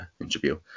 interview